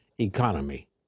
economy